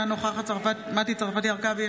אינה נוכחת מטי צרפתי הרכבי,